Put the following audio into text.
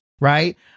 right